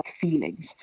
feelings